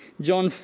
John